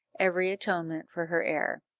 every atonement for her error.